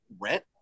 rent